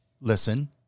listen